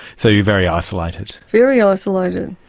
so you're very isolated? very isolated.